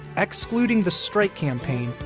excluding the strike campaign,